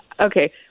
Okay